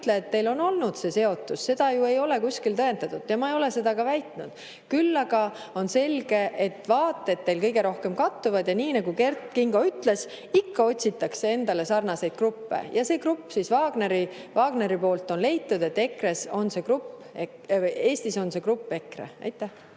et teil on olnud see seotus, seda ei ole ju kuskil tõendatud ja ma ei ole seda väitnud. Küll aga on selge, et teie vaated kõige rohkem kattuvad. Nii nagu Kert Kingo ütles, ikka otsitakse endaga sarnaseid gruppe, ja see grupp on Wagneril leitud, Eestis on see grupp EKRE. Teie